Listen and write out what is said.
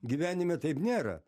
gyvenime taip nėra